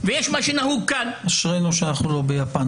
החליטו פה שאיך שהחוק צריך להיכתב זה בדיוק כפי שנכתב,